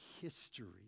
history